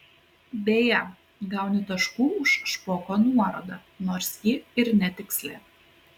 beje gauni taškų už špoko nuorodą nors ji ir netiksli